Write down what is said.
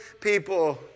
people